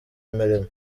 imirimo